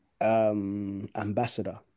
Ambassador